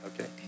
okay